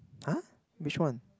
[huh] which one